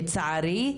לצערי,